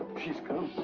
she's come!